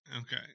okay